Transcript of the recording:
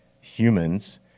humans